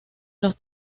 los